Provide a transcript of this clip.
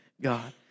God